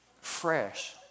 fresh